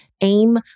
aim